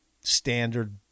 standard